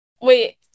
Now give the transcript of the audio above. Wait